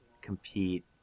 compete